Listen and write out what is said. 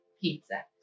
pizza